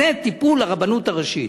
זה בטיפול הרבנות הראשית.